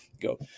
Go